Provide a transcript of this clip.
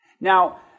Now